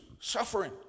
suffering